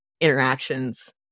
interactions